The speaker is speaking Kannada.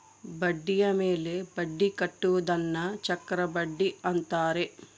ಬಡ್ಡಿಯ ಮೇಲೆ ಬಡ್ಡಿ ಕಟ್ಟುವುದನ್ನ ಚಕ್ರಬಡ್ಡಿ ಅಂತಾರೆ